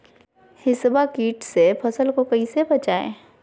हिसबा किट से फसल को कैसे बचाए?